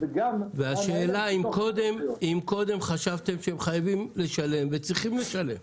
-- השאלה היא אם קודם חשבתם שהם צריכים לשלם וחייבים לשלם,